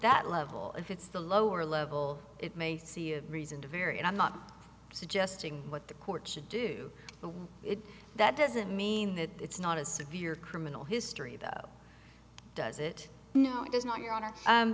that level and that's the lower level it may see a reason to vary and i'm not suggesting what the court should do the one that doesn't mean that it's not as severe criminal history though does it no it is not your honor